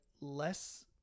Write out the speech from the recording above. less